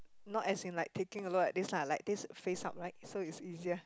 not as in like taking a lot this are like this face up like so it's easier